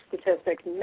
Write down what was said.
statistics